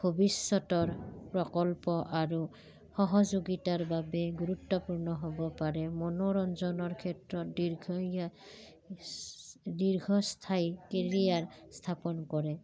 ভৱিষ্যতৰ প্ৰকল্প আৰু সহযোগিতাৰ বাবে গুৰুত্বপূৰ্ণ হ'ব পাৰে মনোৰঞ্জনৰ ক্ষেত্ৰত দীৰ্ঘ দীৰ্ঘস্থায়ী কেৰিয়াৰ স্থাপন কৰে